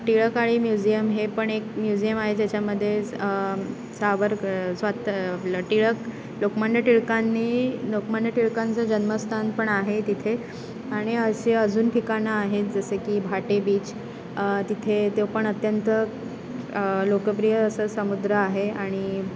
टिळक आळी म्युझियम हे पण एक म्युझियम आहे ज्याच्यामध्ये सावरकर स्वात अपलं टिळक लोकमान्य टिळकांनी लोकमान्य टिळकांचं जन्मस्थान पण आहे तिथे आणि असे अजून ठिकाणं आहेत जसे की भाटे बीच तिथे तो पण अत्यंत लोकप्रिय असं समुद्र आहे आणि